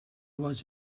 was